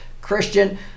Christian